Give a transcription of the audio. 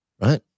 right